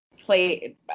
play